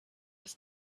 was